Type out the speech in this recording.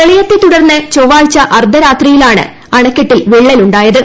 പ്രളയത്തെ തുടർന്ന് ചൊവ്വാഴ്ച അർദ്ധരാത്രിയിലാണ് അണക്കെട്ടിൽ വിള്ളൽ ഉണ്ടായത്